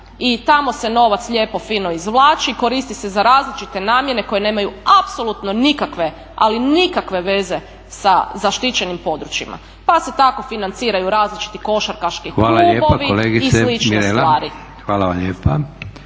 I tamo se novac lijepo fino izvlači, koristi se za različite namjene koje nemaju apsolutno nikakve, ali nikakve veze sa zaštićenim područjima. Pa se tako financiraju različiti košarkaški klubovi i slične stvari. **Leko, Josip